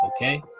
okay